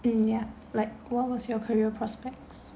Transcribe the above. mm ya like what was your career prospects